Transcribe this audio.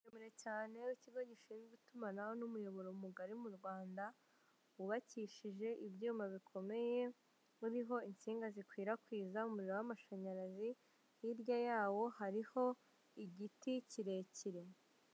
Umunara muremure cyane w' ikigo gishinzwe itumanaho n'umuyoboro mugari mu Rwanda, wubakishije ibyuma bikomeye uriho insinga zikwirakwiza umuriro w'amashanyarazi, hirya yawo hariho igiti kirekire.